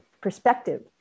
perspective